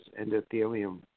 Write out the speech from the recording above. endothelium